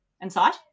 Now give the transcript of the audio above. inside